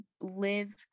live